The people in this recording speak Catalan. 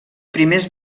primers